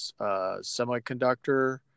semiconductor